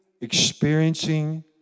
experiencing